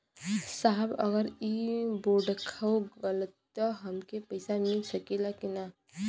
साहब अगर इ बोडखो गईलतऽ हमके पैसा मिल सकेला की ना?